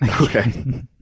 Okay